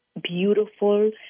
Beautiful